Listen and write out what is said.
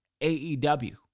AEW